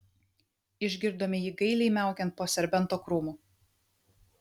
išgirdome jį gailiai miaukiant po serbento krūmu